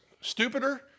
stupider